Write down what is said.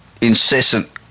incessant